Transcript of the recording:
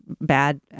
bad